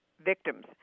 victims